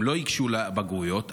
הם לא ייגשו לבגרויות,